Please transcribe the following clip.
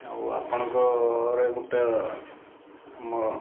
ଆଉ ଆପଣଙ୍କର ଗୋଟେ ଆମ